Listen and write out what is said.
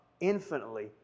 infinitely